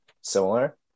similar